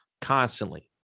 Constantly